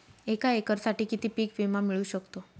एका एकरसाठी किती पीक विमा मिळू शकतो?